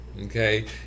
Okay